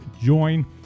join